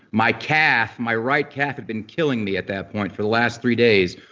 my calf, my right calf had been killing me at that point for the last three days.